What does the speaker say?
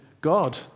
God